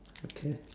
okay